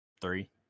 Three